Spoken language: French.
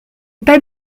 pas